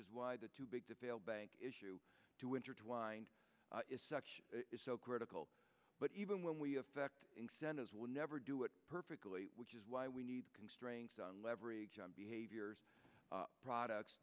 is why the too big to fail bank issue too intertwined is such is so critical but even when we affect incentives will never do it perfectly which is why we need constraints on leverage our behaviors products